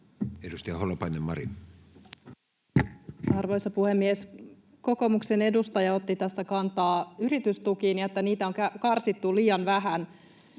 Edustaja Holopainen, Mari. Arvoisa puhemies! Kokoomuksen edustaja otti tässä kantaa yritystukiin ja siihen, että niitä on karsittu liian vähän.